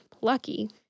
lucky